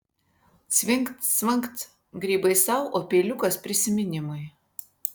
cvingt cvangt grybai sau o peiliukas prisiminimui